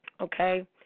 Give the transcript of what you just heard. Okay